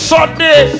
Sunday